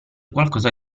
qualcosa